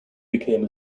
became